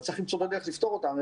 אבל צריך למצוא גם דרך לפתור אותם.